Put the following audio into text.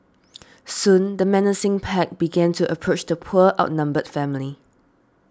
soon the menacing pack began to approach the poor outnumbered family